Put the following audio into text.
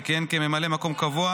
שכיהן כממלא מקום קבוע,